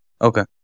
Okay